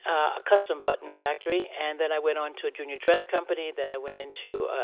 a custom button factory, and then i went on to a junior dress company, then i went into,